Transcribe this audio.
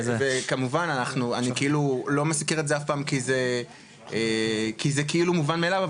וכמובן אני לא מזכיר את זה אף פעם כי זה כאילו מובן מאליו,